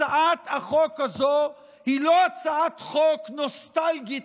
הצעת החוק הזאת היא לא הצעת חוק נוסטלגית